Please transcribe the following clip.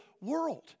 world